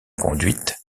conduite